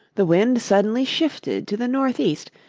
the wind suddenly shifted to the north-east,